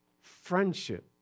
friendship